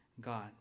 God